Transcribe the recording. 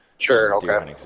Sure